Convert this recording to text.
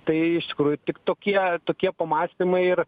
tai iš tikrųjų tik tokie tokie pamąstymai ir